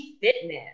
Fitness